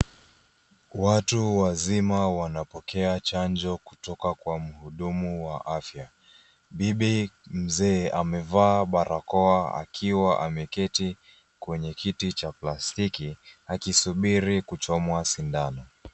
Watu wazima wanapokea chanjo kutoka kwa mhudumu wa afya. Bibi mzee amevaa barakoa akiwa ameketi kwenye kiti cha plastiki akisubiri kuchomwa sindano.